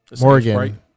Morgan